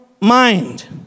mind